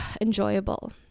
enjoyable